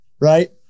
right